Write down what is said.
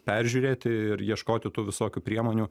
peržiūrėti ir ieškoti tų visokių priemonių